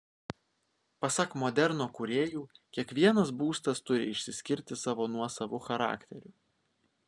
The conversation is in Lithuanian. pasak moderno kūrėjų kiekvienas būstas turi išsiskirti savo nuosavu charakteriu